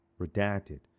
redacted